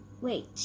wait